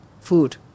food